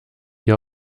hier